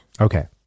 Okay